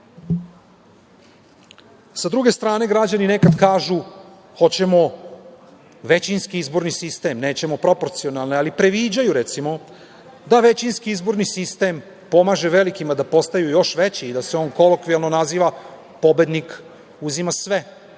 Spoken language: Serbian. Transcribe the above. druge strane, građani nekad kažu – hoćemo većinski izborni sistem, nećemo proporcionalni. Ali, predviđaju, recimo, da većinski izborni sistem pomaže velikima da postaju još veći i da se on kolokvijalno naziva – pobednik uzima sve.